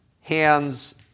hands